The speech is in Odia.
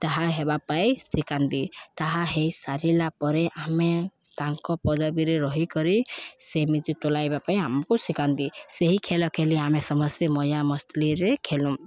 ତାହା ହେବା ପାଇଁ ଶିଖାନ୍ତି ତାହା ହୋଇସାରିଲା ପରେ ଆମେ ତାଙ୍କ ପଦବୀରେ ରହିକରି ସେମିତି ତୋଲାଇବା ପାଇଁ ଆମକୁ ଶିଖାନ୍ତି ସେହି ଖେଲ ଖେଲି ଆମେ ସମସ୍ତେ ମୟା ମସ୍ଲିରେ ଖେଲୁ